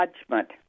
judgment